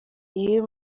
iyo